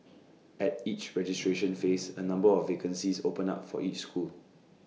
at each registration phase A number of vacancies open up for each school